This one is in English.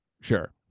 Sure